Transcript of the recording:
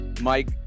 Mike